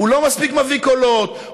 הוא לא מספיק מביא קולות,